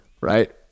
right